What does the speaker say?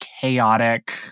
chaotic